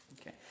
okay